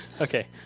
Okay